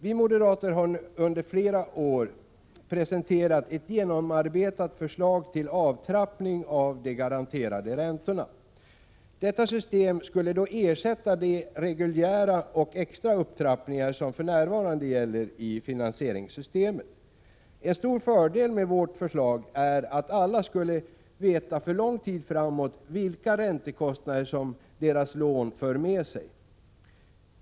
Vi moderater har under flera år presenterat ett genomarbetat förslag till avtrappning av de garanterade räntorna. Detta system skulle då ersätta de reguljära och extra upptrappningar som för närvarande gäller i finansieringssystemet. En stor fördel med vårt förslag är att alla skulle veta för lång tid framåt — Prot. 1986/87:123 vilka räntekostnader som deras lån för med sig.